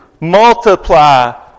multiply